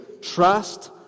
trust